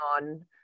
on